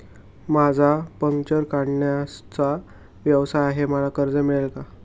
माझा पंक्चर काढण्याचा व्यवसाय आहे मला कर्ज मिळेल का?